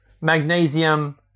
magnesium